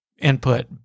input